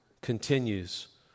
continues